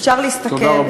אפשר להסתכל,